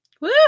Woo